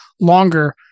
longer